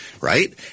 right